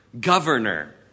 governor